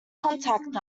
contact